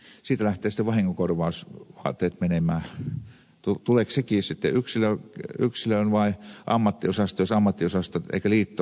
tulevatko nekin sitten yksilölle vai ammattiosastolle jos eivät ammattiosastot tai liitto ole siinä mukana